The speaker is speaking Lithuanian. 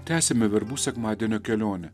tęsiame verbų sekmadienio kelionę